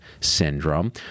syndrome